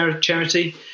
charity